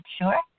sure